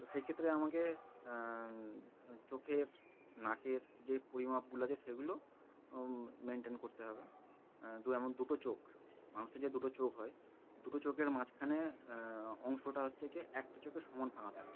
তো সেই ক্ষেত্রে আমাকে চোখের নাকের যে পরিমাপগুলো আছে সেগুলো মেনটেন করতে হবে দু এমন দুটো চোখ মানুষের যে দুটো চোখ হয় দুটো চোখের মাঝখানে অংশটা হচ্ছে কে একটা চোখের সমান ভাঙ্গা থাকে